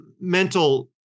mental